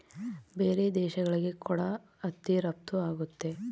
ಬೇರೆ ದೇಶಗಳಿಗೆ ಕೂಡ ಹತ್ತಿ ರಫ್ತು ಆಗುತ್ತೆ